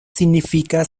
significaba